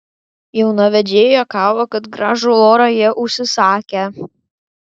jaunavedžiai juokavo kad gražų orą jie užsisakę